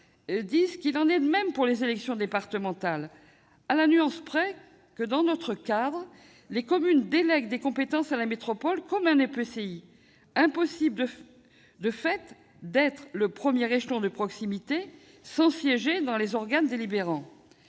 disent qu'il en est de même pour les élections départementales, à la nuance près que, dans notre cadre, les communes délèguent des compétences à la métropole comme un EPCI. Il est donc impossible de fait d'être le premier échelon de proximité sans siéger dans les organes délibérants.